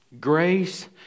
grace